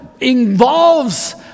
involves